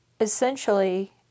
essentially